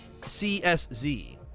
csz